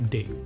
Day